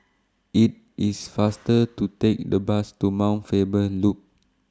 IT IS faster to Take The Bus to Mount Faber Loop